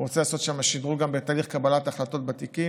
הוא רוצה לעשות שם שדרוג גם בתוך תהליך קבלת ההחלטות בתיקים.